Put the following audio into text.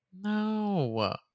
No